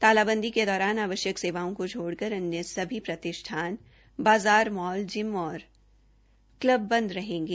तालाबंदी के दौरान आवश्यक सेवाओं को छोड़कर अन्य सभी प्रतिष्ठान बाज़ार मॉल जिम और कल्ब बंद रहेंगे